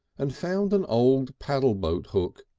and found an old paddle boat hook.